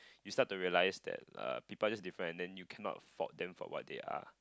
you start to realise that err people are just different and you cannot fault them for what they are